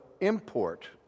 import